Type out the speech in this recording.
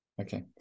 Okay